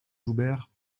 joubert